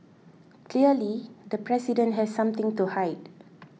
clearly the president has something to hide